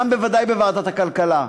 גם בוודאי בוועדת הכלכלה,